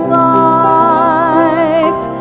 life